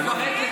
נא לא להפריע.